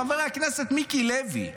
חבר הכנסת מיקי לוי,